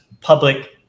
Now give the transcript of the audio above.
public